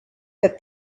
could